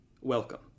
Welcome